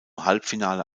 halbfinale